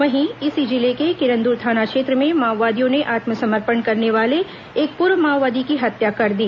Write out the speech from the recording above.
वहीं इसी जिले के किरंदुल थाना क्षेत्र में माओवादियों ने आत्मसमर्पण करने वाले एक पूर्व माओवादी की हत्या कर दी